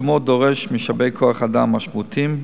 פרסומו דורש משאבי כוח-אדם משמעותיים,